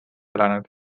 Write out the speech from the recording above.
elanud